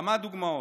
כמה דוגמאות: